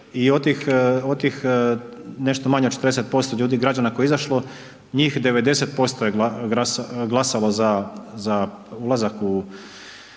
i od tih nešto manje od 40% ljudi, građana koje je izašlo, njih 90% je glasalo za ulazak u